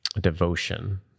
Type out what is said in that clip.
devotion